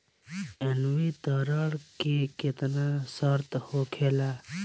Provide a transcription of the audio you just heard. संवितरण के केतना शर्त होखेला?